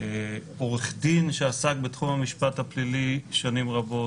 עורך דין שעסק בתחום המשפט הפלילי שנים רבות,